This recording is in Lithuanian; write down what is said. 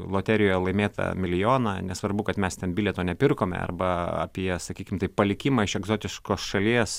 loterijoje laimėtą milijoną nesvarbu kad mes ten bilieto nepirkome arba apie sakykim taip palikimą iš egzotiškos šalies